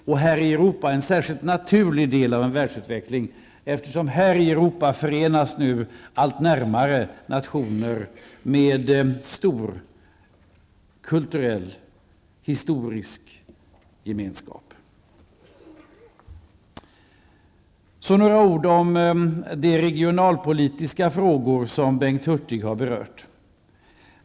Här i Europa är det en särskilt naturlig del av en världsutveckling, eftersom i Europa nationer med stor kulturell och historisk gemenskap knyts allt närmare varandra. Så några ord om de regionalpolitiska frågor som Bengt Hurtig har berört.